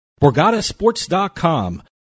BorgataSports.com